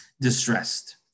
distressed